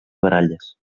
baralles